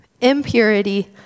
impurity